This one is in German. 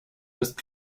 ist